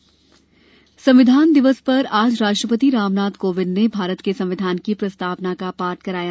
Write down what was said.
संविधान दिवस संविधान दिवस पर आज राष्ट्रपति राम नाथ कोविंद ने भारत के संविधान की प्रस्तावना का पाठ कराया